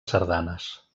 sardanes